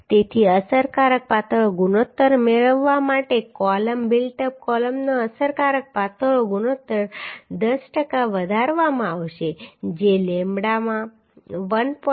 તેથી અસરકારક પાતળો ગુણોત્તર મેળવવા માટે કોલમ બિલ્ટ અપ કૉલમનો અસરકારક પાતળો ગુણોત્તર 10 ટકા વધારવામાં આવશે જે લેમ્બડામાં 1